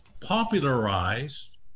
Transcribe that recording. popularized